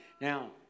Now